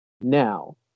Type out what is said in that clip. Now